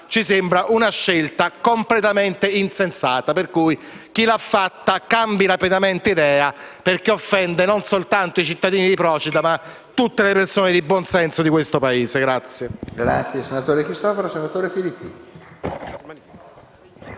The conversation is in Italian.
ci sembra una scelta completamente insensata. Quindi, chi l'ha fatta deve cambiare rapidamente idea, perché offende non soltanto i cittadini di Procida ma tutte le persone di buonsenso di questo Paese.